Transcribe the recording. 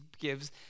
gives